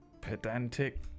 Pedantic